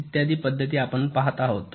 या पद्धती आपण पहात आहोत